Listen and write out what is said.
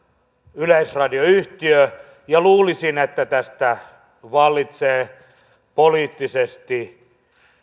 yleisradioyhtiö ja luulisin että tästä vallitsee poliittisesti